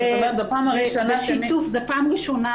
זו פעם ראשונה,